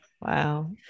wow